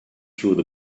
through